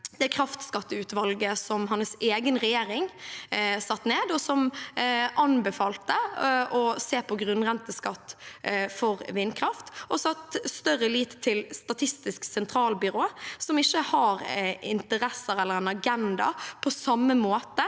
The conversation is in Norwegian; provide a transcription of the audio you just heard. det kraftskatteutvalget som hans egen regjering satte ned, som anbefalte å se på grunn renteskatt for vindkraft, og feste større lit til Statistisk sentralbyrå, som ikke har interesser eller en agenda på samme måte